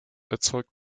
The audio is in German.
erzeugt